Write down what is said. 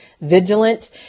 vigilant